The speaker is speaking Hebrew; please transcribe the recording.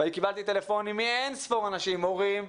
ואני קיבלתי טלפונים מאין ספור אנשים מורים,